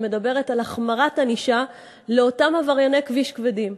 שמדברת על החמרת הענישה של אותם עברייני כביש כבדים.